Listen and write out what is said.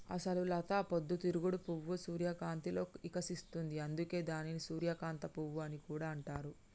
అసలు లత పొద్దు తిరుగుడు పువ్వు సూర్యకాంతిలో ఇకసిస్తుంది, అందుకే దానిని సూర్యకాంత పువ్వు అని కూడా అంటారు